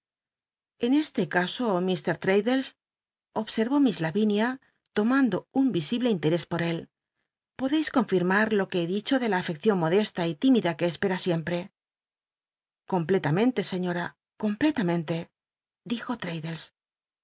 en ese caso ik l'raddlcs obsel'ló miss tavinia lomando un visible interés por él podcis confirmar lo que he dicho de la afeccion modesta y tímida que espera sicmprc completamente scñol'a completamente dijo